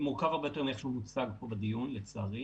הרבה יותר מורכב מאיך שהוא מוצג פה בדיון, לצערי.